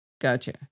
Gotcha